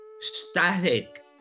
static